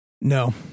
No